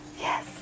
Yes